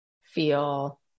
feel